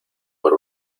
por